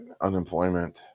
unemployment